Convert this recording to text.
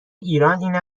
ایران، این